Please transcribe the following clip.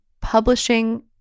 publishing